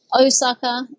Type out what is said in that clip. Osaka